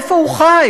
איפה הוא חי?